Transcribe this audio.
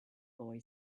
boy